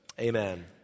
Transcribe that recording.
Amen